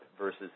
versus